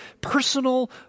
Personal